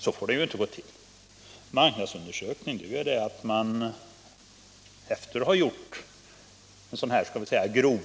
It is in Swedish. — Så får det inte gå till. Marknadsundersökning är ju att man först gör en sådan här snabbtitt för att